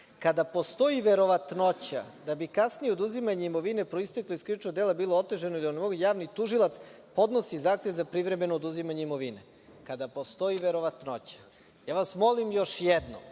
kada postoji verovatnoća da bi kasnije oduzimanje imovine proisteklo iz krivičnog dela bilo otežano javni tužilac podnosi zahtev za privremeno oduzimanje imovine. Kada postoji verovatnoća, ja vas molim još jednom